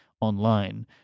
online